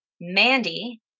Mandy